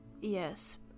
Yes